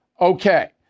Okay